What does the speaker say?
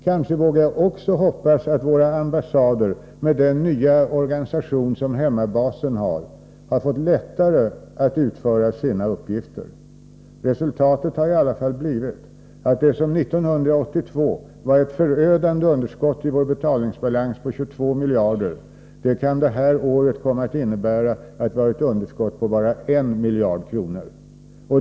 Kanske vågar jag också hoppas att våra ambassader, med den nya organisation hemmabasen har, nu har lättare att utföra sina uppgifter. Resultatet har i alla fall blivit att det förödande underskott på 22 miljarder i vår betalningsbalans som vi hade 1982 kan komma att sänkas till ett underskott på bara 1 miljard kronor detta år.